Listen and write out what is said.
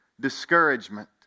discouragement